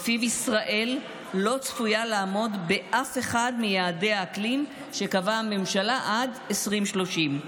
שלפיו ישראל לא צפויה לעמוד באף אחד מיעדי האקלים שקבעה הממשלה עד 2030,